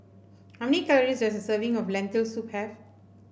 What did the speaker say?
how many calories does a serving of Lentil Soup have